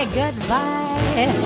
goodbye